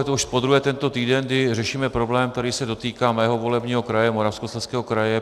Je to už podruhé tento týden, kdy řešíme problém, který se dotýká mého volebního kraje, Moravskoslezského kraje.